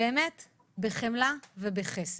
באמת בחמלה ובחסד.